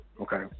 Okay